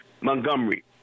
Montgomery